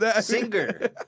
Singer